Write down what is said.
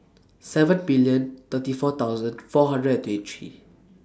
seven million thirty four thousand four hundred and twenty three